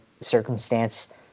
circumstance